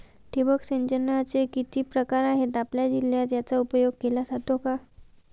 ठिबक सिंचनाचे किती प्रकार आहेत? आपल्या जिल्ह्यात याचा उपयोग केला जातो का?